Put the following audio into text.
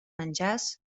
menjars